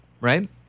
Right